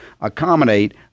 accommodate